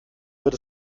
wird